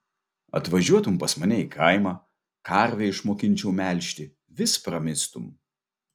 atvažiuotum pas mane į kaimą karvę išmokinčiau melžti vis pramistum